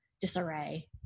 disarray